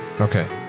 Okay